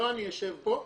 לא אני אשב פה,